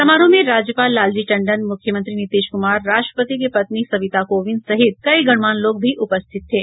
समारोह में राज्यपाल लालजी टंडन मुख्यमंत्री नीतीश कुमार राष्ट्रपति की पत्नी सविता कोविंद सहित कई गणमान्य लोग भी उपस्थित थे